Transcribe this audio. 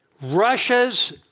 Russia's